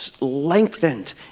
lengthened